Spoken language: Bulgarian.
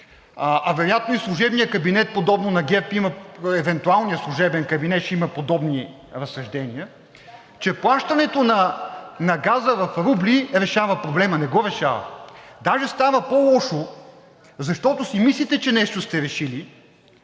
а вероятно и служебният кабинет подобно на ГЕРБ има, евентуалният служебен кабинет ще има подобни разсъждения, че плащането на газа в рубли решава проблема. Не го решава! Даже става по-лошо, защото си мислите, че нещо сте решили,